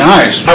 Nice